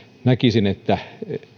näkisin että